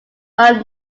while